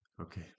Okay